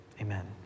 Amen